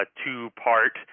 two-part